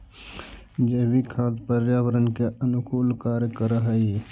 जैविक खाद पर्यावरण के अनुकूल कार्य कर हई